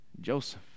Joseph